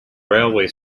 railway